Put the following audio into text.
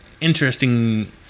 interesting